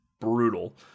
brutal